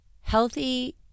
Healthy